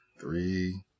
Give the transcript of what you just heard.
Three